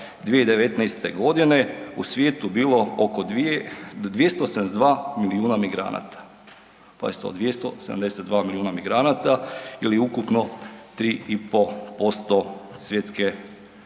2019. g. u svijetu bilo oko 272 milijuna migranata. Pazite ovo, 272 milijuna migranata ili ukupno 3,5% svjetske